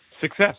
success